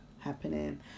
Happening